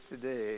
today